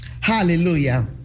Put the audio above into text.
Hallelujah